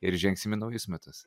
ir žengsim į naujus metus